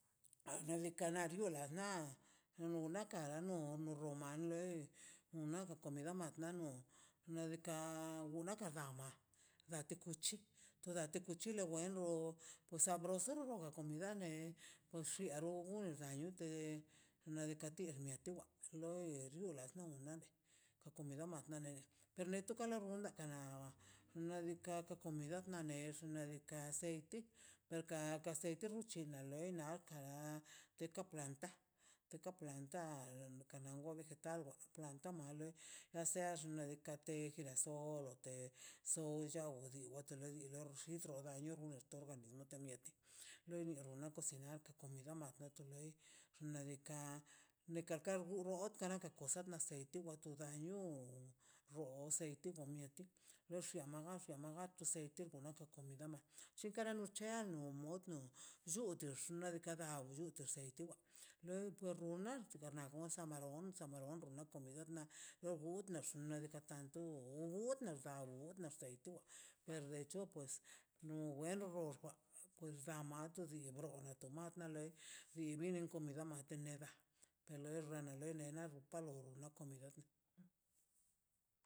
na ladika na wiona na onan nakan non lo roman le una komida ma nox nadika gama nate kuchi tenate kuchi wa lenliano to sabroso na komida ne konshiwa no yunte nadika tiwa netiwa toi wa xula no dina ka komida wane per neto kale ka xna' diika' nanex ka aceite naka seite ruchi na la lei na nakara teko planta teko planta dukan na talwa planta mal na sears nekate girasol te soya watitodil der shidodra otorgan ne otomiello runna sinak otan miran oto lei nadika neka karduo kara ka kosa aceite wa toda nio rooseite o mieti loxia a maxia magatuse tuque comida ma chinkara no chial nu mondmo llutex de kade terseite wu loi karrunna todasamaindo kano onsa kameiron na comida na lo gudtextla nadiga tanto u otna tanto o atna aceite perso che to no wenox oxwan oxindamato di xo na matro ka mato ana loi dibida na komida ateneda per lena danaleneda